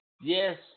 yes